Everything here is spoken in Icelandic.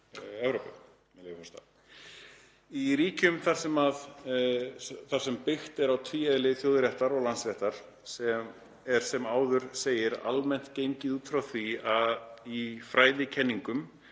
„Í ríkjum þar sem byggt er á tvíeðli þjóðaréttar og landsréttar, er sem áður segir almennt gengið út frá því í fræðikenningum